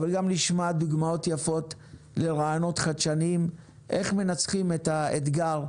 אבל גם נשמע דוגמאות יפות לרעיונות חדשניים איך מנצחים את האתגר,